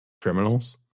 criminals